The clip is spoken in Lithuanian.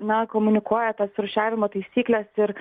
na komunikuoja tas rūšiavimo taisykles ir